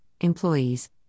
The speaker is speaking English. employees